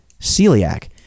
celiac